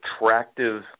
attractive